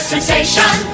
sensation